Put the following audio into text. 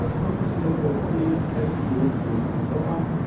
ah conferences that were held held here in in doha.